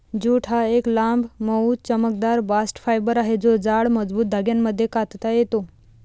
jute हा एक लांब, मऊ, चमकदार बास्ट फायबर आहे जो जाड, मजबूत धाग्यांमध्ये कातता येतो